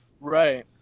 Right